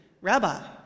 Rabbi